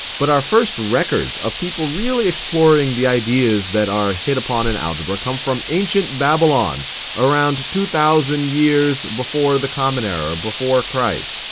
but our first records of people really exploring the ideas that are hit upon in algebra come from ancient babylon around two thousand years before the common era, before christ.